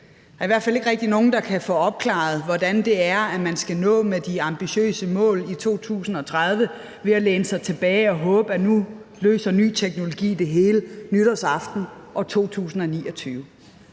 Der er i hvert fald ikke rigtig nogen, der kan få opklaret, hvordan det er, man skal nå de ambitiøse mål i 2030 ved at læne sig tilbage og håbe, at nu løser ny teknologi det hele nytårsaften år 2029.